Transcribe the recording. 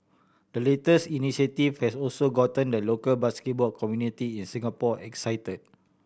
the latest initiative has also gotten the local basketball community in Singapore excited